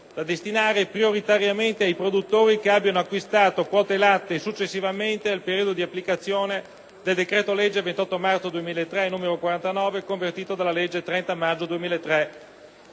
da destinare prioritariamente ai produttori che abbiano acquistato quote latte successivamente al periodo di applicazione del decreto-legge n. 49 del 28 marzo 2003, convertito dalla legge n. 119 del 30 maggio 2003.